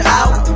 out